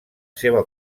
seva